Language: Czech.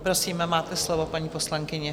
Prosím, máte slovo, paní poslankyně.